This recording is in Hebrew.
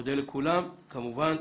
מודה לכולם כמובן.